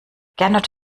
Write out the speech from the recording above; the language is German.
gernot